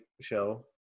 show